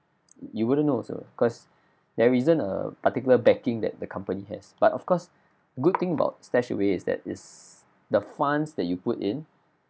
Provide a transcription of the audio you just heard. you wouldn't know also cause there isn't a particular backing that the company has but of course good thing about StashAway is that is the funds that you put in